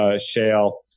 shale